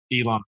Elon